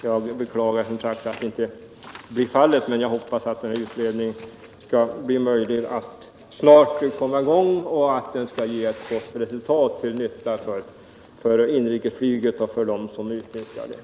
Jag beklagar som sagt att så inte blir fallet, men jag hoppas nu att denna utredning snart skall komma i gång och att den skall ge ett gott resultat till nytta för inrikesflyget och för dem som utnyttjar det.